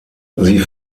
sie